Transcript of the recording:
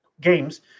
games